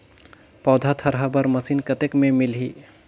पौधा थरहा बर मशीन कतेक मे मिलही?